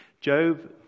Job